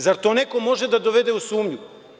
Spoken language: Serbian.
Zar to neko može da dovede u sumnju?